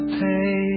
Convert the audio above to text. pay